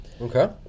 Okay